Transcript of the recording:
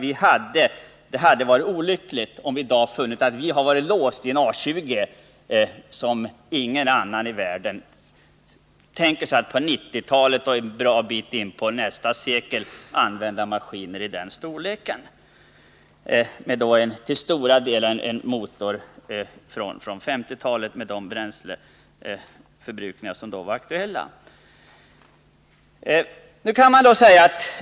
Det hade nämligen varit olyckligt om vi i dag hade funnit oss vara låsta vid en A 20, en maskin som är onödigt stor. då den skall användas en bra bit in på nästa sekel. Vidare är maskinens motor uppbyggd med tanke på den bränsleförbrukning som var aktuell på 1960-talet.